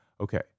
okay